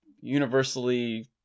universally